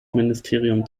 ministerium